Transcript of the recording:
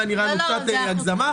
היה נראה לנו קצת הגזמה,